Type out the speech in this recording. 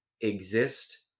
exist